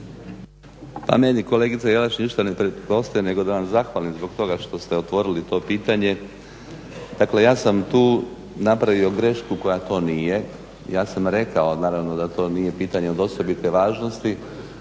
Pa meni kolegice Jelaš ništa ne preostaje nego da vam zahvalim zbog toga što ste otvorili to pitanje. Dakle, ja sam tu napravio grešku koja to nije. Ja sam rekao naravno da to nije pitanje od osobite važnosti